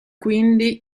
quindi